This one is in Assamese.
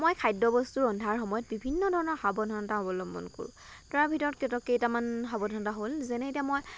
মই খাদ্য বস্তু বস্তু ৰন্ধাৰ সময়ত বিভিন্ন সাৱধানতা অৱলম্বন কৰোঁ তাৰ ভিতৰ কেটা কেইটামান সাৱধনতা হ'ল যেনে এতিয়া মই